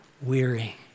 Weary